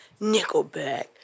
Nickelback